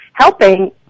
Helping